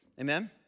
Amen